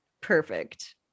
perfect